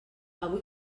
avui